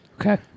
Okay